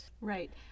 right